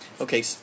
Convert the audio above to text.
Okay